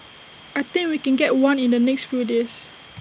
I think we can get one in the next few days